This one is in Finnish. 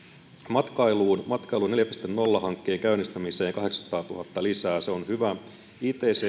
matkailuun matkailu neljä piste nolla hankkeen käynnistämiseen kahdeksansataatuhatta lisää se on hyvä ja ict